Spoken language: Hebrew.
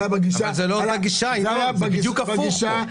זה היה --- זה בדיוק הפוך פה.